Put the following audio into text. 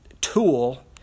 tool